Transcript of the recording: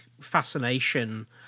fascination